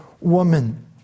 woman